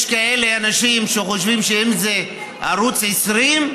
יש כאלה אנשים שחושבים שאם זה ערוץ 20,